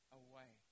away